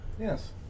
Yes